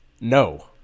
No